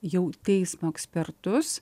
jau teismo ekspertus